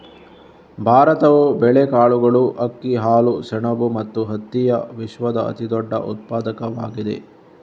ಭಾರತವು ಬೇಳೆಕಾಳುಗಳು, ಅಕ್ಕಿ, ಹಾಲು, ಸೆಣಬು ಮತ್ತು ಹತ್ತಿಯ ವಿಶ್ವದ ಅತಿದೊಡ್ಡ ಉತ್ಪಾದಕವಾಗಿದೆ